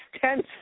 tense